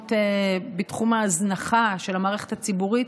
קודמות בתחום ההזנחה של המערכת הציבורית,